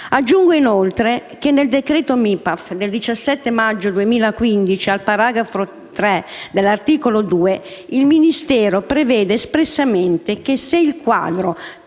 Aggiungo, inoltre, che nel decreto del MIPAAF del 17 maggio 2015, al paragrafo 3 dell'articolo 2, si prevede espressamente che se il quadro